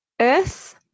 earth